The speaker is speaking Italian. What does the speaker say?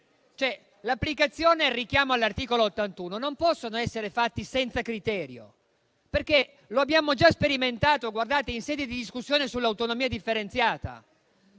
L'applicazione e il richiamo all'articolo 81 non possono essere fatti senza criterio. Lo abbiamo già sperimentato in sede di discussione sull'autonomia differenziata: